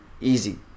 easy